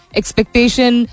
expectation